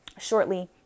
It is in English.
shortly